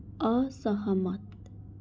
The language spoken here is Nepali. असहमत